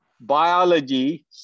biology